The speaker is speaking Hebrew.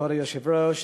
כבוד היושב-ראש,